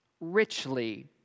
richly